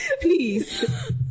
Please